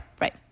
right